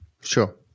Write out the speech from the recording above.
Sure